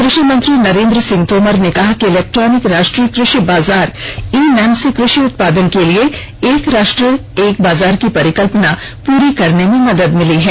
कृ षि मंत्री नरेन्द्र सिंह तोमर ने कहा कि इलेक्ट्रॉनिक राष्ट्रीय कृषि बाजार ई नैम से कृषि उत्पादन के लिए एक राष्ट्र एक बाजार की परिकल्पना पूरी करने में मदद मिली है